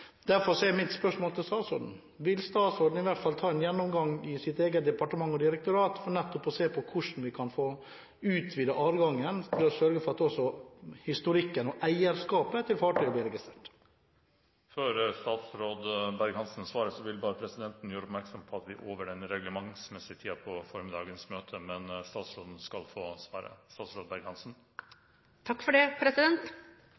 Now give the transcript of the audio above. Derfor er mitt spørsmål til statsråden: Vil statsråden i hvert fall ta en gjennomgang i sitt eget departement og direktorat for å se på hvordan vi kan få utvidet adgangen for å sørge for at historikken og eierskapet til fartøyet blir registrert? Før statsråd Berg-Hansen svarer, vil presidenten bare gjøre oppmerksom på at vi er over den reglementsmessige tiden for formiddagens møte, men statsråden skal få